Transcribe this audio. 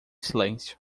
silêncio